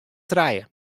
trije